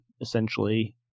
essentially